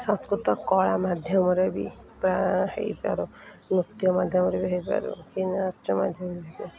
ସଂସ୍କୃତ କଳା ମାଧ୍ୟମରେ ବି ପ୍ରାୟ ହେଇପାରୁ ନୃତ୍ୟ ମାଧ୍ୟମରେ ବି ହେଇପାରୁ କି ନାଚ ମାଧ୍ୟମରେ ବି